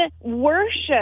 worship